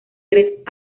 tres